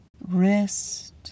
wrist